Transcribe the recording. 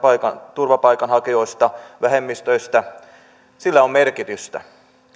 turvapaikanhakijoista vähemmistöistä sillä on merkitystä